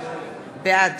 בעד